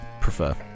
prefer